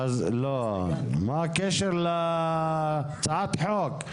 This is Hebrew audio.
מה הקשר להצעת החוק?